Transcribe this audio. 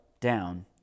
down